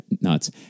nuts